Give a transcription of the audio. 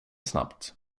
snabbt